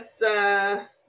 Yes